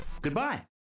Goodbye